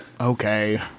Okay